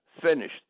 finished